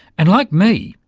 and, like me,